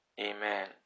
amen